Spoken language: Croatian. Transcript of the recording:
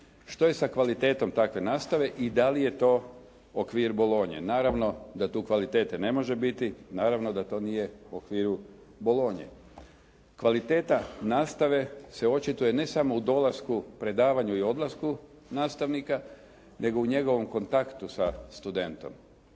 Što je sa kvalitetom takve nastave i da li je to okvir Bolonje? Naravno da tu kvalitete ne može biti, naravno da to nije u okviru Bolonje. Kvaliteta nastave se očituje, ne samo u dolasku predavanju i odlasku nastavnika, nego u njegovom kontaktu sa studentom.